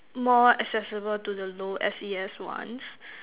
more accessible to the low S_E_S ones